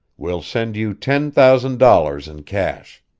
we'll send you ten thousand dollars in cash.